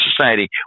society